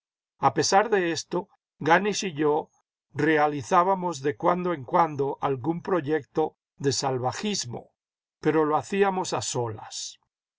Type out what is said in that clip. a pesar de esto ganisch y yo realizábamos de cuando en cuando algún proyecto de salvajismo pero lo hacíamos a solas